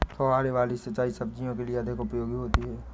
फुहारे वाली सिंचाई सब्जियों के लिए अधिक उपयोगी होती है?